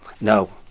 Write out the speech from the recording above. No